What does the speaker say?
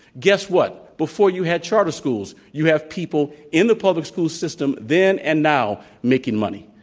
guess what, before you have charter schools, you have people in the public-school system then and now making money.